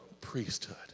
priesthood